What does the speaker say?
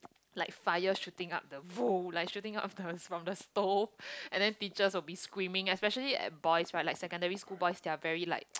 like fire shooting up the bowl like shooting up the from the stove and then teachers will be screaming especially at boys right like secondary school boys they are very like